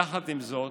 יחד עם זאת,